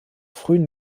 frühen